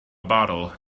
bottle